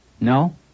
No